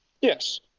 Yes